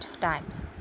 times